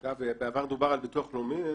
אגב, בעבר דובר על ביטוח לאומי.